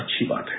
अच्छी बात है